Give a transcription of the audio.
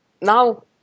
now